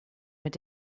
mit